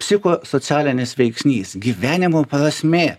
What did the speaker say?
psichosocialinis veiksnys gyvenimo prasmė